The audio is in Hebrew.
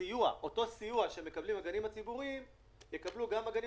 סיוע שמקבלים הגנים הציבוריים גם הגנים